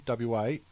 WA